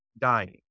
dying